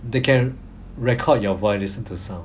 they can record your voice listen to the sound